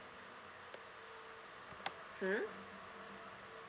hmm